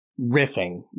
riffing